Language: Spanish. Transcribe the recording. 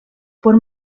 por